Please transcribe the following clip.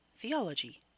Theology